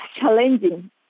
challenging